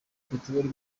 peteroli